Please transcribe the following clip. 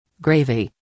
gravy